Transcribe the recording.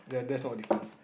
then that's not a difference